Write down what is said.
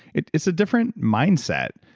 it's it's a different mindset.